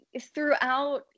throughout